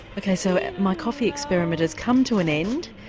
ok, so and my coffee experiment has come to an end,